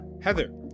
Heather